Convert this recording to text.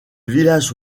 village